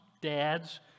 dads